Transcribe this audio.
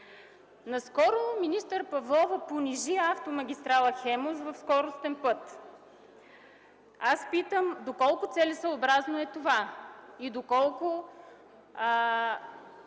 Наскоро министър Павлова понижи автомагистрала „Хемус” в скоростен път. Аз питам: доколко целесъобразно е това? Доколко